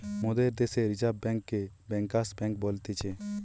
মোদের দ্যাশে রিজার্ভ বেঙ্ককে ব্যাঙ্কার্স বেঙ্ক বলতিছে